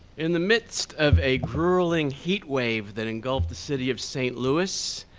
in the midst of a grueling heat wave that engulfed the city of st louis,